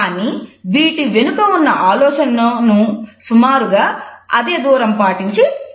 కానీ వీటి వెనుక ఉన్న ఆలోచన ను సుమారుగా అదే దూరం పాటించి తెలియజేయవచ్చు